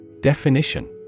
Definition